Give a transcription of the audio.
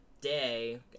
day